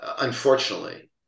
Unfortunately